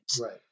Right